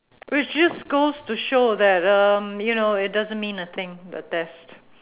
which just goes to show that um you know it doesn't mean a thing the test